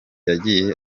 yagiye